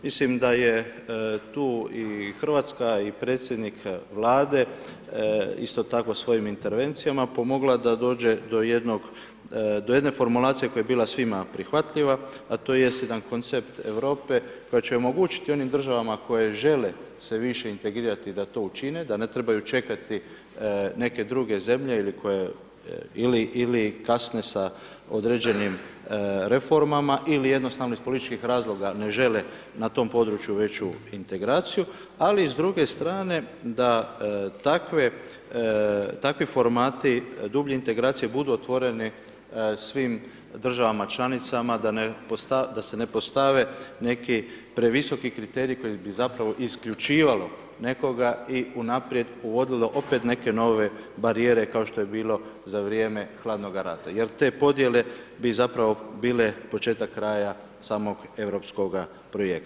Mislim da je tu i Hrvatska i predsjednik Vlade isto tako svojim intervencijama pomogla da dođe do jedne formulacije koja bi bila svima prihvatljiva, a to jest jedan koncept Europe koji će omogućiti onim državama koje se žele više integrirati da to učine, da ne trebaju čekati neke druge zemlje ili kasne sa određenim reformama ili jednostavno iz političkih razloga ne žele ne tom području veću integraciju, ali s druge strane takvi formati dublje integracije budu otvorene svim državama članicama da se ne postave neki previsoki kriteriji koji bi isključivalo nekoga i unaprijed uvodilo opet neke nove barijere kao što je bilo za vrijeme hladnoga rata jer te podjele bi zapravo bile početak kraja samog europskog projekta.